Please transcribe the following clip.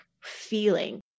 feeling